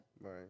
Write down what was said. Right